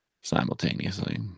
simultaneously